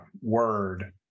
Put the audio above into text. word